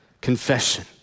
Confession